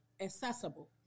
accessible